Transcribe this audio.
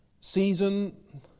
season